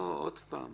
לא, עוד פעם.